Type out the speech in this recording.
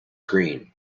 green